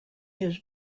his